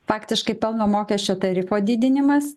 faktiškai pelno mokesčio tarifo didinimas